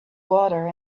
water